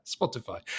Spotify